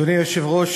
אדוני היושב-ראש,